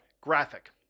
Graphic